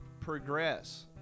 progress